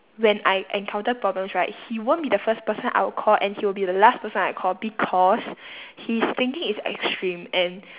when I encounter problems right he won't be the first person I will call and he will be the last person I call because his thinking is extreme and